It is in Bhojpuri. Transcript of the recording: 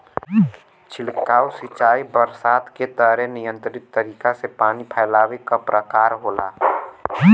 छिड़काव सिंचाई बरसात के तरे नियंत्रित तरीका से पानी फैलावे क प्रकार होला